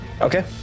okay